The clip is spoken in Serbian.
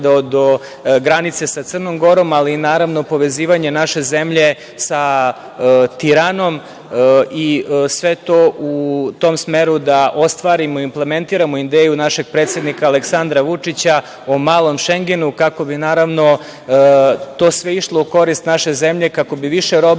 do granice sa Crnom Gorom, ali naravno i povezivanje naše zemlje sa Tiranom i sve to u tom smeru da ostvarimo i implementiramo ideju našeg predsednika Aleksandra Vučića, o „malom Šengenu“, kako bi to sve išlo u korist naše zemlje, kako bi više robe